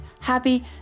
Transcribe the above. happy